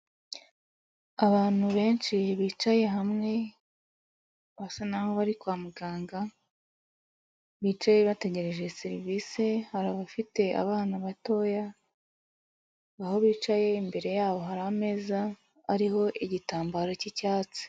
Abantu benshi bicaye hamwe basa naho bari kwa muganga, bicaye bategereje serivise, hari abafite abana batoya, aho bicaye imbere yabo hari ameza ariho igitambaro cy'icyatsi.